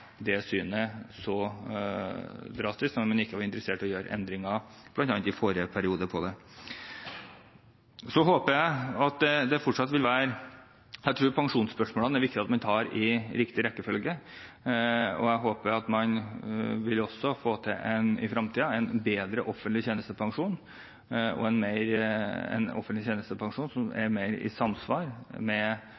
det synet så drastisk, når man ikke var interessert i å gjøre endringer når det gjaldt det, bl.a. i forrige periode. Jeg tror at det fortsatt er viktig at man tar pensjonsspørsmålene i riktig rekkefølge. Jeg håper at man også i fremtiden vil få til en bedre offentlig tjenestepensjon, en offentlig tjenestepensjon som er mer i samsvar med